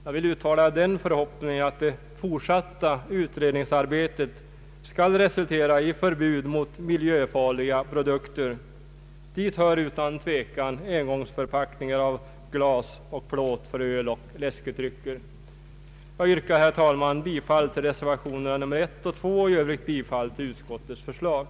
Jag uttalar den förhoppningen att det fortsatta utredningsarbetet skall resultera i förbud mot miljöfarliga produkter. Dit hör utan tvekan engångsförpackningar av glas och plåt för öl och läskedrycker. Jag yrkar, herr talman, bifall till reservationerna I och II och i övrigt till utskottets hemställan.